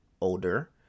older